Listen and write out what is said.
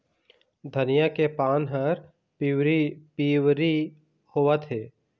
धनिया के पान हर पिवरी पीवरी होवथे?